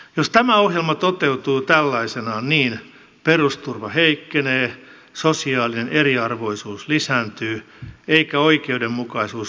jos tämä ohjelma toteutuu tällaisenaan niin perusturva heikkenee sosiaalinen eriarvoisuus lisääntyy eikä oikeudenmukaisuus vastuunkannossa toteudu